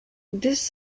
this